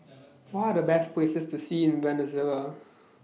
What Are The Best Places to See in Venezuela